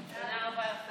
ההצעה להעביר את